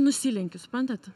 nusilenkiu suprantat